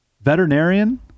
Veterinarian